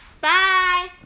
Bye